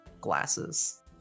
glasses